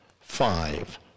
Five